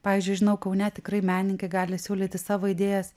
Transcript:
pavyzdžiui žinau kaune tikrai menininkai gali siūlyti savo idėjas